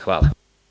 Hvala.